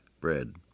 bread